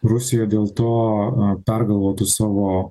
rusija dėl to pergalvotų savo